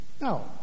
Now